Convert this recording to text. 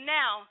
now